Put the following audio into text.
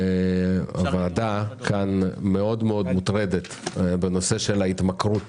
הוועדה כאן מאוד מוטרדת בנושא של ההתמכרות